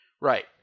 Right